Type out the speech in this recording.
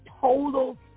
total